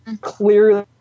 clearly